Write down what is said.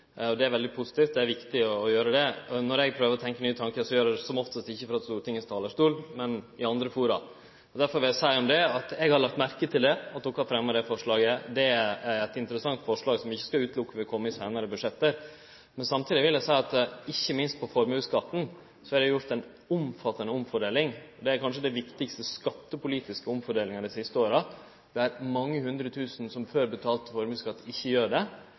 bok. Det er veldig positivt, det er viktig å gjere det. Når eg prøver å tenkje nye tankar, gjer eg det oftast ikkje frå Stortingets talarstol, men i andre fora. Derfor vil eg seie om det at eg har lagt merke til at Kristeleg Folkeparti har fremja det forslaget. Det er eit interessant forslag som vi ikkje skal utelukke vil kome i seinare budsjett. Samtidig vil eg seie at ikkje minst på formuesskatten er det gjort ei omfattande omfordeling. Det er kanskje den viktigaste skattepolitiske omfordelinga dei siste åra, der mange hundre tusen som før betalte formuesskatt, ikkje gjer det,